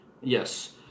Yes